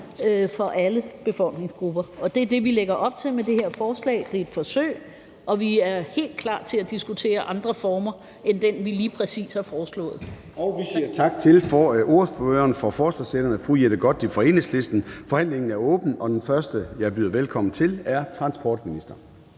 for alle befolkningsgrupper. Og det er det, vi lægger op til med det her forslag. Det er et forsøg, og vi er helt klar til at diskutere andre former end den, vi lige præcis har foreslået. Kl. 14:13 Formanden (Søren Gade): Vi siger tak til ordføreren for forslagsstillerne, fru Jette Gottlieb fra Enhedslisten. Forhandlingen er åbnet. Den første, jeg byder velkommen til, er transportministeren.